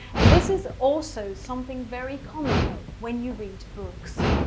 and this is also something very common when you read books.